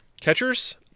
catchers